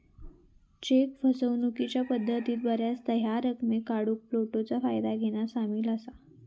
check फसवणूकीच्या पद्धतीत बऱ्याचदा ह्या रकमेक काढूक फ्लोटचा फायदा घेना सामील असा